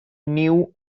knew